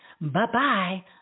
bye-bye